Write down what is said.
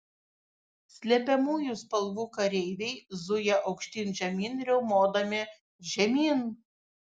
slepiamųjų spalvų kareiviai zuja aukštyn žemyn riaumodami žemyn